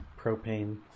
propane